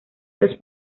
los